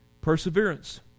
Perseverance